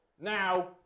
Now